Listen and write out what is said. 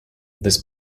this